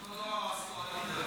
גלעד קריב (העבודה): לא, הוא לא הרס לו.